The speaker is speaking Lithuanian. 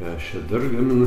ką aš čia dar gaminu